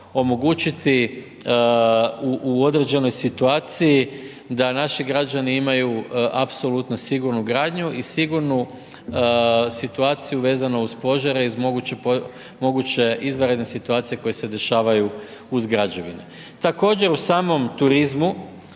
omogućiti u određenoj situaciji da naši građani imaju apsolutno sigurnu gradnju i sigurnu situaciju vezano uz požare iz moguće izvanredne situacije koje se dešavaju uz građevine. Također u samom turizmu